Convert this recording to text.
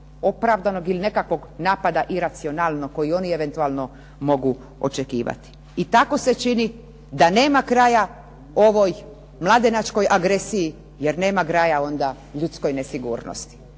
opravdanog ili nekakvog napada iracionalnost koji oni eventualno mogu očekivati, i tako se čini da nema kraja ovoj mladenačkoj agresiji jer nema kraja onda ljudskoj nesigurnosti.